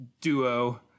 duo